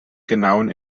genauen